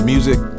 Music